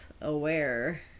aware